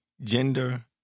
gender